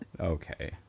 okay